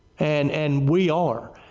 and and we are.